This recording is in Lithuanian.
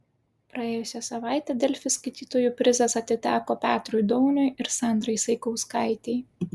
praėjusią savaitę delfi skaitytojų prizas atiteko petrui dauniui ir sandrai saikauskaitei